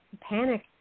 panic